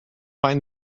find